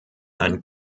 ein